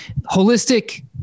holistic